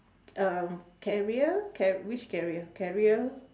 um carrier car~ which carrier carrier